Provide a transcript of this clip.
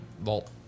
Vault